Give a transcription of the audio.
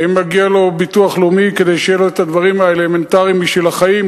האם מגיע לו ביטוח לאומי כדי שיהיו לו הדברים האלמנטריים של החיים?